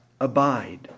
Abide